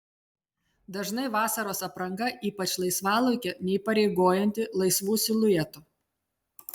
dažnai vasaros apranga ypač laisvalaikio neįpareigojanti laisvų siluetų